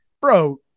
bro